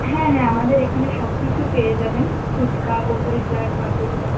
হ্যাঁ হ্যাঁ আমাদের এখানে সবকিছু পেয়ে যাবেন ফুচকা কচুরি চাট পাপড়ি চাট